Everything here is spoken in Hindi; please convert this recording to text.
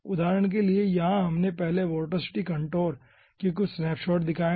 उदाहरण के लिए यहां हमने पहले वोर्टिसिटी कोंटोर के कुछ स्नैपशॉट बनाए हैं